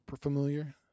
familiar